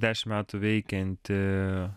dešim metų veikianti